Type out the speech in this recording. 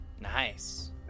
Nice